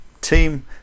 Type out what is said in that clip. team